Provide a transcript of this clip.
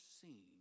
seen